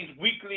weekly